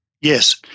Yes